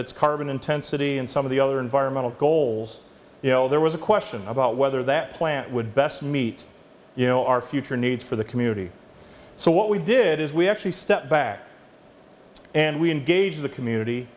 its carbon intensity and some of the other environmental goals you know there was a question about whether that plant would best meet you know our future needs for the community so what we did is we actually step back and we engage the community